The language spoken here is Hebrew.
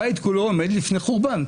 אבל הבית כולו עומד לפני חורבן,